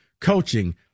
coaching